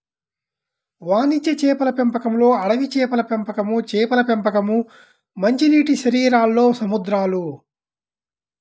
వాణిజ్య చేపల పెంపకంలోఅడవి చేపల పెంపకంచేపల పెంపకం, మంచినీటిశరీరాల్లో సముద్రాలు